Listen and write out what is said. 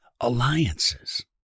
alliances